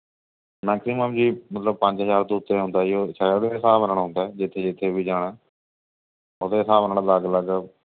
maximum ਜੀ ਮਤਲਬ ਪੰਜ ਹਜ਼ਾਰ ਤੋਂ ਉੱਤੇ ਹੁੰਦਾ ਜੀ ਉਹ ਸ਼ਹਿਰਾਂ ਦੇ ਹਿਸਾਬ ਨਾਲ਼ ਹੁੰਦਾ ਜਿੱਥੇ ਜਿੱਥੇ ਵੀ ਜਾਣਾ ਉਹਦੇ ਹਿਸਾਬ ਨਾਲ਼ ਅਲੱਗ ਅਲੱਗ